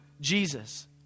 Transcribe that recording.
Jesus